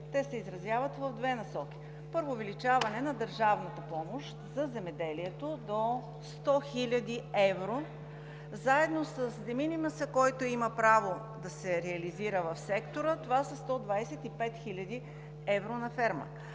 Те се изразяват в две насоки. Първо, увеличаване на държавната помощ за земеделието до 100 хил. евро., заедно с де минимиса, който има право да се реализира в сектора, това са 125 хил. евро на ферма.